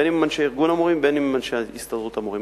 בין שהם אנשי ארגון המורים ובין שהם אנשי הסתדרות המורים.